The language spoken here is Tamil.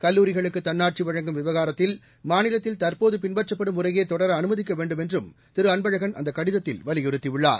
கல்லூரிகளுக்கு தன்னாட்சி வழங்கும் விவகாரத்தில் மாநிலத்தில் தற்போது பின்பற்றப்படும் முறையே தொடர அனுமதிக்க வேண்டும் என்றும் திரு அன்பழகன் அந்த கடிதத்தில் வலியுறுத்தியுள்ளார்